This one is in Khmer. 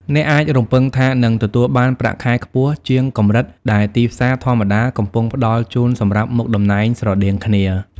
អ្នកអាចរំពឹងថានឹងទទួលបានប្រាក់ខែខ្ពស់ជាងកម្រិតដែលទីផ្សារធម្មតាកំពុងផ្តល់ជូនសម្រាប់មុខតំណែងស្រដៀងគ្នា។